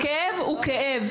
הכאב הוא כאב.